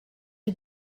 you